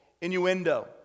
innuendo